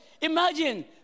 imagine